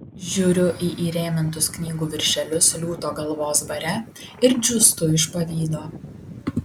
žiūriu į įrėmintus knygų viršelius liūto galvos bare ir džiūstu iš pavydo